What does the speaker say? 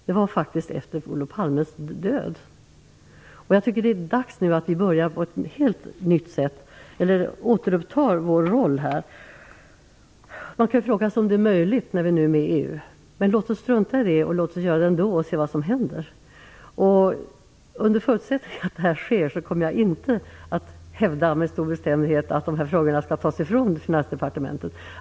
Det skedde faktiskt efter Olof Jag tycker att det nu är dags att återuppta vår roll. Man kan fråga sig om det är möjligt nu när vi är med i EU. Men låt oss strunta i det. Låt oss göra det ändå och se vad som händer. Under förutsättning av att det här sker kommer jag inte att hävda med stor bestämdhet att de här frågorna skall tas ifrån Finansdepartementet.